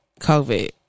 COVID